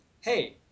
Hey